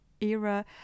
era